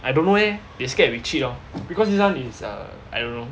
I don't know leh they scared we cheat lor because this one is err I don't know